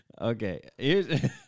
Okay